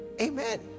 Amen